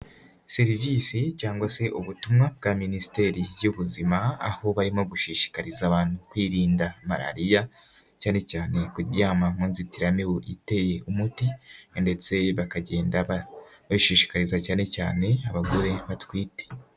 Serivisi cyangwa se ubutumwa bwa Minisiteri y'ubuzima, aho barimo gushishikariza abantu kwirinda Malariya, cyane cyane kuryama mu nzitiramibu iteye umuti ndetse bakagenda babishishikariza cyane cyane abagore batwite.